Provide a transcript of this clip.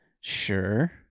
Sure